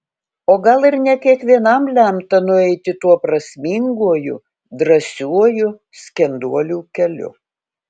o gal ir ne kiekvienam lemta nueiti tuo prasminguoju drąsiuoju skenduolių keliu